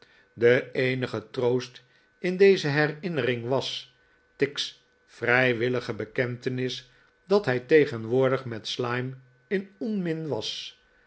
de eenige troost in deze herinnering was tigg's vrijwillige bekentenis dat hij tegenwoordig met slyme in onmin was